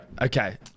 okay